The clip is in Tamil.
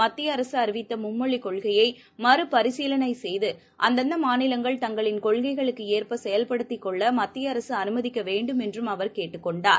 மத்தியஅரசுஅறிவித்தமும்மொழிக் கொள்கையைமறுபரிசீலனைசெய்து அந்தந்தமாநிலங்கள் தங்களின் கொள்கைளுக்குஏற்பசெயல்படுத்திக் கொள்ளமத்தியஅரசுஅனுமதிக்கவேண்டுமென்றும் அவர் கேட்டுக் கொண்டார்